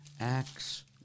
Acts